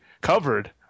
covered